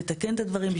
לתקן את הדברים,